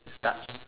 stuff